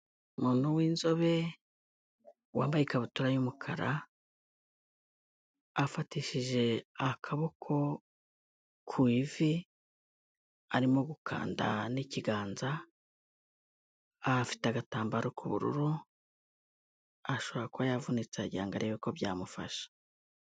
Umuntu w'inzobe wambaye ikabutura y'umukara, afatishije akaboko ku ivi arimo gukanda n'ikiganza, afite agatambaro k'ubururu ashobora kuba yavunitse agira ngo arebe ko byamufasha.